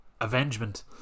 Avengement